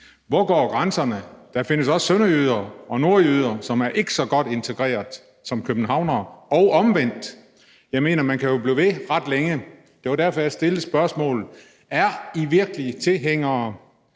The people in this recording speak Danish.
Hvor går grænserne? Der findes også sønderjyder og nordjyder, som ikke er så godt integreret som københavnere, og omvendt. Jeg mener: Man kan jo blive ved ret længe. Det var derfor, jeg stillede spørgsmålet: Er I virkelig tilhængere